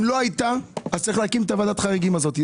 אם לא הייתה, אז צריך להקים את ועדת החריגים הזאת.